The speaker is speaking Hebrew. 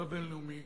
ולא הבין-לאומי,